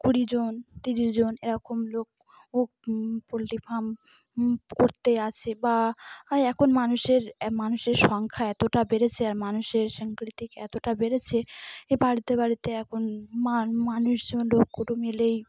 কুড়ি জন তিরিশ জন এরকম লোক ওক পোলট্রি ফার্ম করতে আছে বা এখন মানুষের অ্যা মানুষের সংখ্যা এতটা বেড়েছে আর মানুষের এতটা বেড়েছে এ বাড়িতে বাড়িতে এখন মান মানুষজন লোক কুটুম্ব এলেই